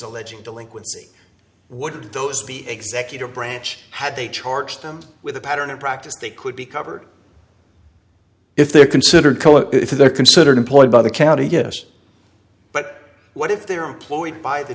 alleging delinquency would those be executive branch had they charged them with a pattern or practice they could be covered if they're considered if they're considered employed by the county yes but what if they're employed by